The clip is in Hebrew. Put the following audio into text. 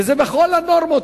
וזה בכל הנורמות.